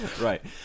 right